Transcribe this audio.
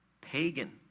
pagan